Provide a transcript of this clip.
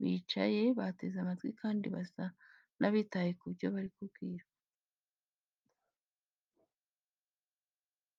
bicaye bateze amatwi kandi basa n’abitaye ku byo babwirwa.